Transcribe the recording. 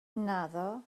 naddo